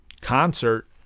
concert